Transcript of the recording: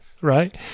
right